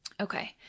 Okay